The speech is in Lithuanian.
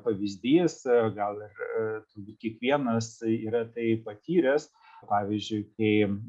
pavyzdys gal ir turbūt kiekvienas yra tai patyręs pavyzdžiui kai